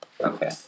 Okay